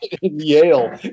Yale